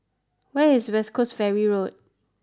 where is West Coast Ferry Road